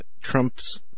Trump's